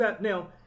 now